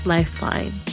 Lifeline